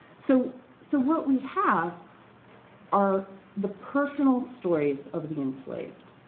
so so what we have are the personal stories of the enslaved.